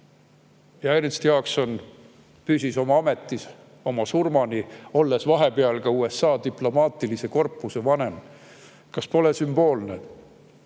Ja Ernst Jaakson püsis oma ametis surmani, olles olnud vahepeal ka USA diplomaatilise korpuse vanem. Kas pole sümboolne